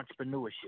entrepreneurship